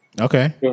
Okay